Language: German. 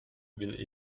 will